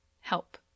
help